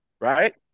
Right